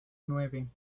nueve